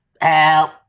help